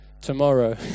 tomorrow